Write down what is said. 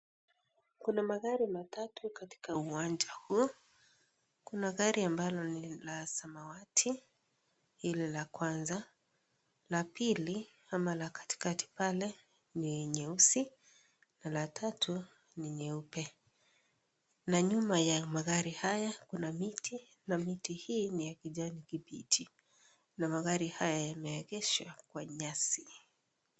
Kuna magari matatu katika uwanja huu. Kuna gari ambalo ni la samawati, hili ni la kwanza. La pili ama la katikati pale ni nyeusi na la tatu ni nyeupe na nyuma ya magari haya, kuna miti na miti hii ni ya kijani kibichi. Magari haya yameegeshwa kwa nyasi.